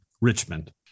Richmond